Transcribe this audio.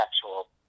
actual